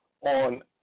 on